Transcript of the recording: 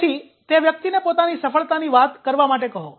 તેથી તે વ્યક્તિને પોતાની સફળતાની વાત કરવા માટે કહો